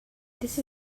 that